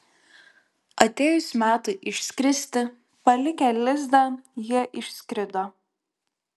atėjus metui išskristi palikę lizdą jie išskrido